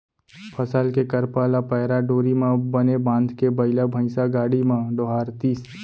फसल के करपा ल पैरा डोरी म बने बांधके बइला भइसा गाड़ी म डोहारतिस